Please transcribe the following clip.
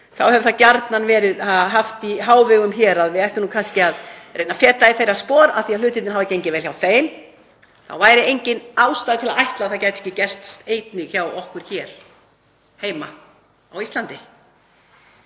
þá hefur það gjarnan verið haft í hávegum hér að við ættum kannski að reyna að feta í þeirra spor, af því að hlutirnir hafi gengið vel hjá þeim sé engin ástæða til að ætla að það gæti ekki gerst einnig hjá okkur á Íslandi.